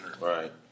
Right